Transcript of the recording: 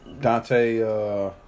Dante